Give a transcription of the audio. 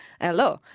Hello